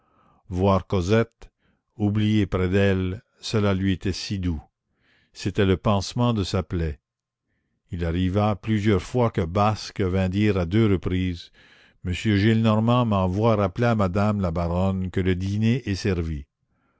voir cosette oublier près d'elle cela lui était si doux c'était le pansement de sa plaie il arriva plusieurs fois que basque vint dire à deux reprises monsieur gillenormand m'envoie rappeler à madame la baronne que le dîner est servi